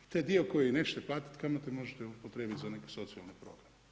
Taj dio koji nećete platiti kamate može upotrijebiti za neki socijalni program.